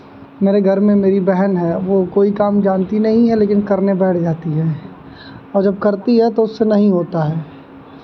मेरे घर में मेरी बहन है वो कोई काम जानती नहीं है लेकिन करने बैठ जाती है और जब करती है तो उससे नहीं होता है